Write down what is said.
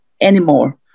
anymore